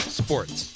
sports